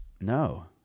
No